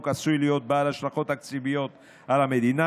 עשוי להיות בעל השלכות תקציביות על המדינה,